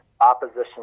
opposition